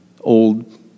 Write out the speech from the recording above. old